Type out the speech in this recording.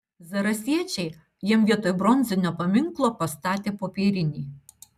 zarasiečiai jam vietoj bronzinio paminklo pastatė popierinį